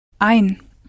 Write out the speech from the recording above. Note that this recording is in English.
Ein